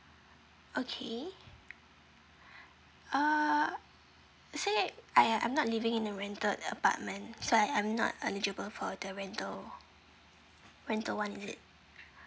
okay uh since I'm not living in a rented apartment so I am not eligible for the rental rental [one] is it